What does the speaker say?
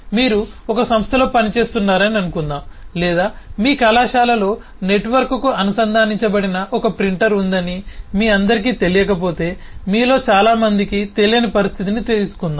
మీరు ఒక సంస్థలో పనిచేస్తున్నారని అనుకుందాం లేదా మీ కళాశాలలో నెట్వర్క్కు అనుసంధానించబడిన ఒక ప్రింటర్ ఉందని మీ అందరికీ తెలియకపోతే మీలో చాలామందికి తెలియని పరిస్థితిని తీసుకుందాం